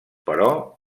però